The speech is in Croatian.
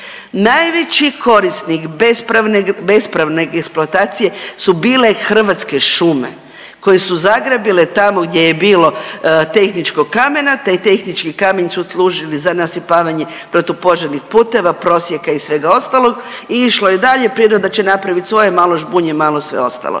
najveći korisnik bespravne eksploatacije su bile Hrvatske šume koje su zagrabile tamo gdje je bilo tehničkog kamena, taj tehnički kamen su služili za nasipavanje protupožarnih puteva, prosjeka i svega ostalog i išlo je dalje, priroda će napravit svoje, malo žbunje, malo sve ostalo.